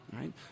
right